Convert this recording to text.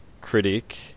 critic